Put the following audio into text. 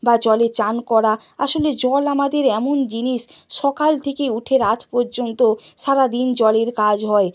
বা জলে স্নান করা আসলে জল আমাদের এমন জিনিস সকাল থেকে উঠে রাত পর্যন্ত সারাদিন জলের কাজ হয়